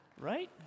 Right